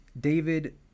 David